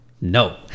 no